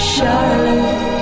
Charlotte